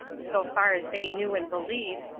so far as they knew and believed,